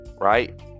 Right